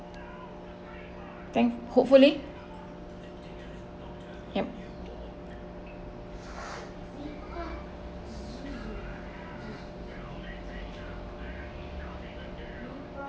thank~ hopefully yup